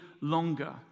longer